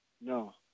No